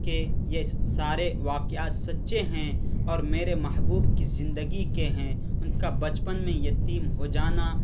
کہ یہ سارے واقعات سچے ہیں اور میرے محبوب کی زندگی کے ہیں ان کا بچپن میں یتیم ہو جانا